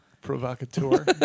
Provocateur